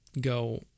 go